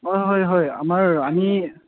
অঁ হয় হয় আমাৰ আমি